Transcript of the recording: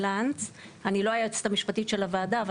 אני לא היועצת המשפטית של הוועדה אבל